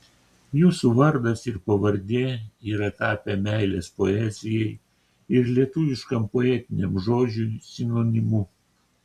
jūsų vardas ir pavardė yra tapę meilės poezijai ir lietuviškam poetiniam žodžiui sinonimu